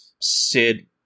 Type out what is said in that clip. Sid